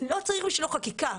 בשבילו חקיקה.